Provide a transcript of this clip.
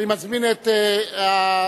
אני מזמין את השר